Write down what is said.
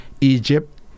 Egypt